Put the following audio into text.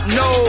no